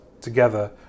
together